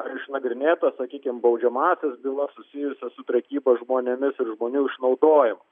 ar išnagrinėtas sakykim baudžiamąsias bylas susijusias su prekyba žmonėmis ir žmonių išnaudojimu